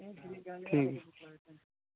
ᱦᱮᱸ